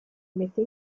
mette